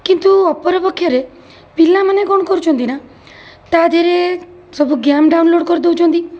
କିନ୍ତୁ ଅପରପକ୍ଷରେ ପିଲାମାନେ କ'ଣ କରୁଛନ୍ତି ନା ତା'ଦେହରେ ସବୁ ଗେମ୍ ଡାଉନଲୋଡ଼୍ କରିଦେଉଛନ୍ତି